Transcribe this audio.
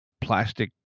plastic